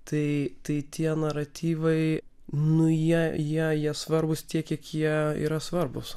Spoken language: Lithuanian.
tai tai tie naratyvai nu jie jie svarbūs tiek kiek jie yra svarbūs